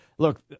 Look